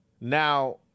Now